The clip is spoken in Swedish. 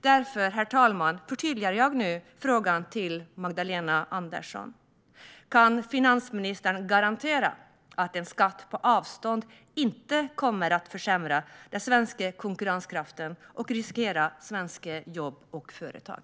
Därför, herr talman, förtydligar jag nu frågan till Magdalena Andersson: Kan finansministern garantera att en skatt på avstånd inte kommer att försämra den svenska konkurrenskraften och riskera svenska jobb och företag?